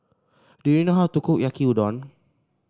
do you know how to cook Yaki Udon